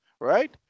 right